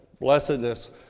blessedness